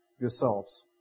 yourselves